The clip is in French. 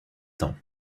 temps